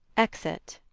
exit